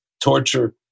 torture